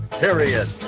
period